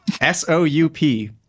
S-O-U-P